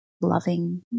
loving